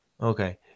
Okay